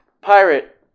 pirate